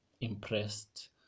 impressed